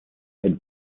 had